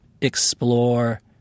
explore